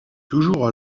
toujours